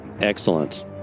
Excellent